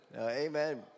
Amen